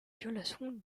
violation